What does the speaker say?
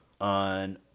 on